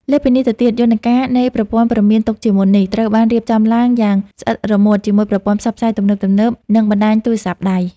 លើសពីនេះទៅទៀត យន្តការនៃប្រព័ន្ធព្រមានទុកជាមុននេះ ត្រូវបានរៀបចំឡើងយ៉ាងស្អិតរមួតជាមួយប្រព័ន្ធផ្សព្វផ្សាយទំនើបៗ និងបណ្តាញទូរស័ព្ទដៃ។